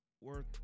worth